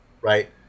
right